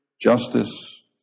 justice